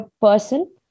person